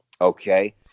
Okay